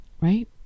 right